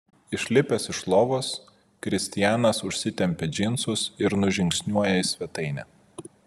išlipęs iš lovos kristianas užsitempia džinsus ir nužingsniuoja į svetainę